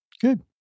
Good